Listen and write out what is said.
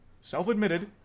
self-admitted